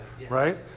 Right